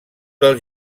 del